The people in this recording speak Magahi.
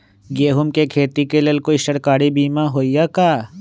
गेंहू के खेती के लेल कोइ सरकारी बीमा होईअ का?